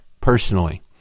personally